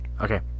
Okay